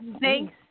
Thanks